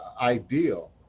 ideal